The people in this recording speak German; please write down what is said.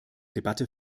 debatte